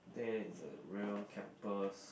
there is like real campus